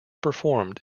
performed